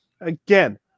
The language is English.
Again